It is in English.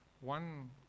One